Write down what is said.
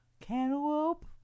cantaloupe